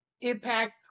impact